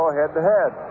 head-to-head